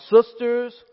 sisters